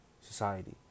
society